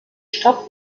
stadt